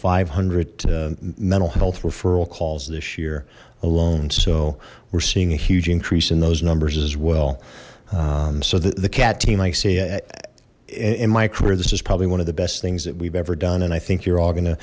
five hundred mental health referral calls this year alone so we're seeing a huge increase in those numbers as well so the cat team i say in my career this is probably one of the best things that we've ever done and i think you're all go